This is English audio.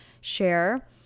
share